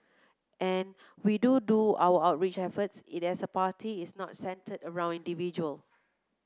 and we do do our outreach efforts it is as a party it's not centred around individual